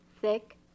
Thick